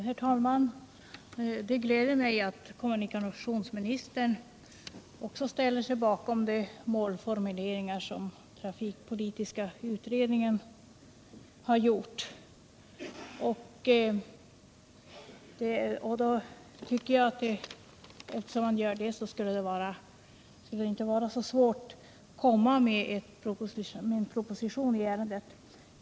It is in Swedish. Herr talman! Det gläder mig att också kommunikationsministern ställer sig bakom trafikpolitiska utredningens målformuleringar. Med tanke på att han gör det tycker jag att det inte skulle vara så svårt för honom att lägga fram en proposition i ärendet.